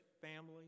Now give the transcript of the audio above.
family